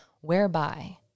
whereby